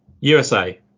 USA